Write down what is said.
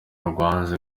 rwanze